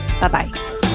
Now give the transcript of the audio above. Bye-bye